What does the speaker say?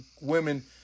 women